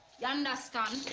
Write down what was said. you understand?